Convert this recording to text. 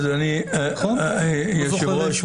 אדוני היושב-ראש,